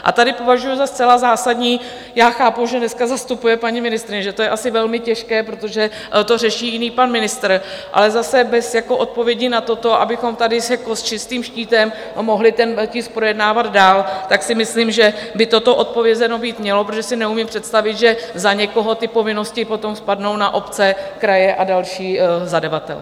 A tady považuju za zcela zásadní já chápu, že dneska zastupuje paní ministryně, že to je asi velmi těžké, protože to řeší jiný pan ministr ale zase bez odpovědi na toto, abychom tady s čistým štítem mohli ten tisk projednávat dál, si myslím, že by toto odpovězeno být mělo, protože si neumím představit, že za někoho ty povinnosti potom spadnou na obce, kraje a další zadavatele.